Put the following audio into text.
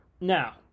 Now